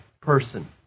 person